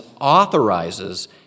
authorizes